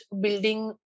building